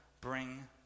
bring